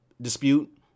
dispute